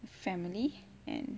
family and